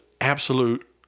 absolute